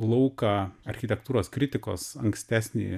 lauką architektūros kritikos ankstesnį